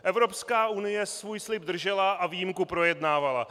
Evropská unie svůj slib držela a výjimku projednávala.